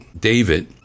David